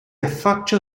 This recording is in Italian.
affaccia